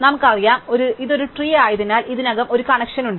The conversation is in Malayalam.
നമുക്കറിയാം ഇത് ഒരു ട്രീ ആയതിനാൽ ഇതിനകം ഒരു കണക്ഷൻ ഉണ്ട്